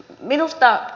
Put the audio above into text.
puhemies